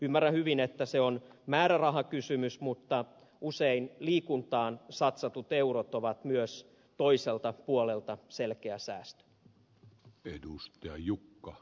ymmärrän hyvin että se on määrärahakysymys mutta usein liikuntaan satsatut eurot ovat myös toiselta puolelta selkeä säästö